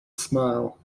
smile